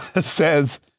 says